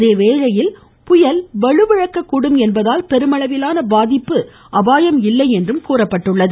அதேவேளையில் புயல் வலுவிழக்கக்கூடும் என்பதால் பெருமளவிலான பாதிப்பு அபாயம் இல்லை என்றும் தெரிவிக்கப்பட்டுள்ளது